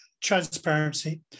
transparency